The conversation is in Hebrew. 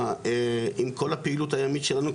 עם כל הפעילות הימית שלנו,